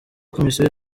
komisiyo